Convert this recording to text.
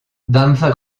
danza